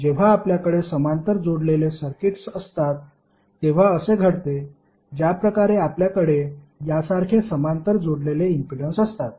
जेव्हा आपल्याकडे समांतर जोडलेले सर्किट्स असतात तेव्हा असे घडते ज्याप्रकारे आपल्याकडे यासारखे समांतर जोडलेले इम्पीडन्स असतात